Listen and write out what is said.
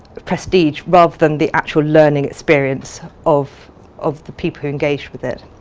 prestige, rather than the actual learning experience of of the people who engage with it.